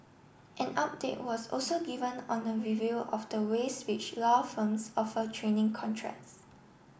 an update was also given on a review of the ways which law firms offer training contracts